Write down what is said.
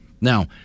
Now